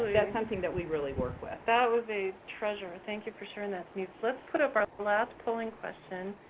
that's something that we really work with. that was a treasure. thank you for sharing that, denise. let's put up our last polling question,